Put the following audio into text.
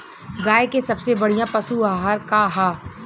गाय के सबसे बढ़िया पशु आहार का ह?